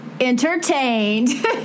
entertained